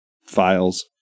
files